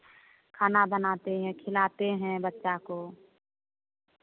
खाना बनाते हैं खिलाते हैं बच्चों को